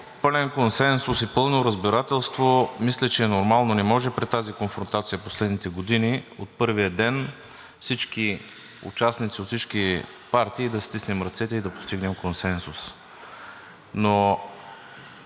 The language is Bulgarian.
пълен консенсус и пълно разбирателство, мисля, че е нормално. Не може при тази конфронтация последните години от първия ден всички участници от всички партии да си стиснем ръцете и да постигнем консенсус.